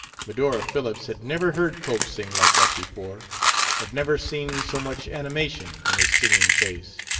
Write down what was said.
medora phillips had never heard cope sing like that before had never seen so much animation in his singing face.